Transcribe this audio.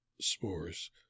spores